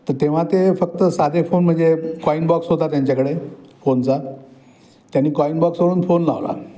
तर तेव्हा ते फक्त साधे फोन म्हणजे कॉईन बॉक्स होता त्यांच्याकडे फोनचा त्यांनी कॉईन बॉक्सवरून फोन लावला